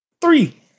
Three